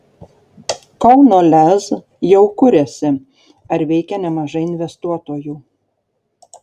kauno lez jau kuriasi ar veikia nemažai investuotojų